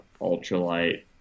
ultralight